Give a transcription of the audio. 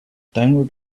downward